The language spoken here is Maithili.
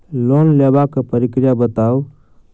लोन लेबाक प्रक्रिया बताऊ?